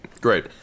Great